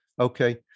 Okay